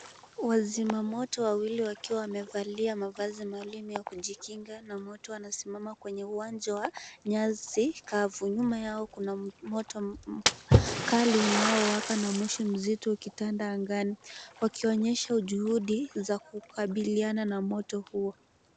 Wazimamoto wawili wakiwa wamevalia mavazi maalum ya kujikinga na moto wanasimama kwenye uwanja wa nyasi kavu. Nyuma yao kuna moto kali unaowaka na moshi mzito ukitanda angani, wakionyesha juhudi za kukabiliana na moto huo.